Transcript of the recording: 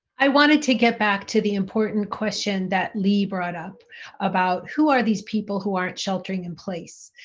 i wanted to get back to the important question that lee brought up about who are these people who aren't sheltering in place?